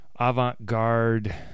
Avant-garde